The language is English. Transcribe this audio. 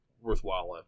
worthwhile